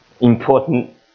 important